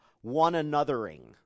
one-anothering